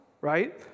right